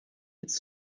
jetzt